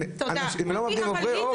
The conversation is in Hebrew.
הם לא מפגינים, הם עוברי אורח.